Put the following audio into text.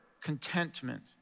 contentment